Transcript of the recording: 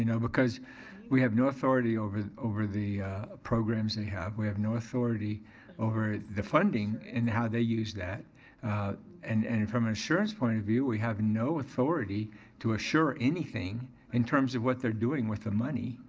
because we have no authority over the over the programs they have. we have no authority over the funding and how they use that and and from an assurance point of view, we have no authority to assure anything in terms of what they're doing with the money.